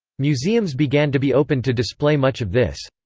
museums began to be opened to display much of this.